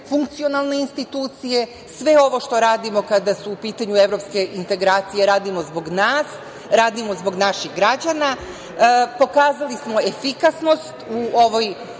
funkcionalne institucije. Sve ovo što radimo kada su u pitanju evropske integracije radimo zbog nas, radimo zbog naših građana. Pokazali smo efikasnost u ovoj